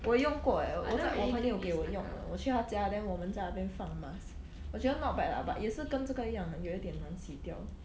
我用过 eh 我我在我朋友给我用的我去他家 then 我们在那边放 mask 我觉得 not bad lah but 也是跟这个一样很有一点难洗掉